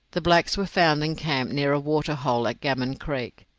the blacks were found encamped near a waterhole at gammon creek,